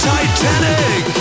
Titanic